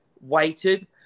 waited